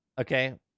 Okay